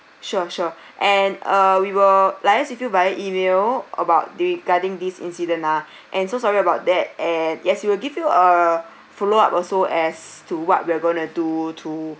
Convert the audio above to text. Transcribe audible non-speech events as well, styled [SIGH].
sure sure [BREATH] and uh we will liase with you via E-mail about the regarding this incident ah and so sorry about that and yes we will give you a follow up also as to what we're going to